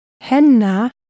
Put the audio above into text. Henna